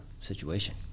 situation